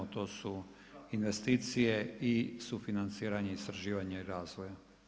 To su investicije i sufinanciranje i istraživanje razvoja.